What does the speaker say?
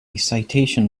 citation